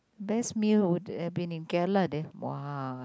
best meal would been in there !wah!